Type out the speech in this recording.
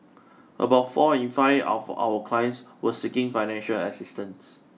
about four in five of all clients were seeking financial assistance